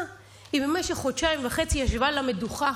במשך חודשיים וחצי היא ישבה על המדוכה,